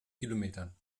kilometern